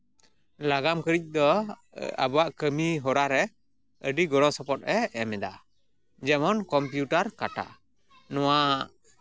ᱞᱟᱜᱟᱱ ᱠᱟᱹᱨᱤ ᱫᱚ ᱟᱵᱚᱣᱟᱜ ᱠᱟᱹᱢᱤᱦᱚᱨᱟ ᱨᱮ ᱟᱹᱰᱤ ᱜᱚᱲᱚᱥᱚᱯᱚᱦᱚᱫᱼᱮ ᱮᱢᱫᱟ ᱡᱮᱢᱚᱱ ᱠᱚᱢᱯᱤᱭᱩᱴᱟᱨ ᱠᱟᱴᱟ ᱱᱚᱣᱟ